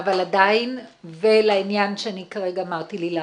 אבל עדיין ולעניין שאני אמרתי לילך,